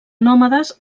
nòmades